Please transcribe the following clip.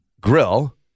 grill